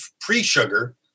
pre-sugar